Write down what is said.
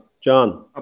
John